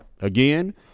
again